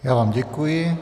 Já vám děkuji.